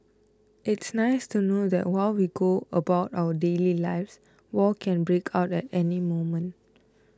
it's nice to know that while we go about our daily lives war can break out at any moment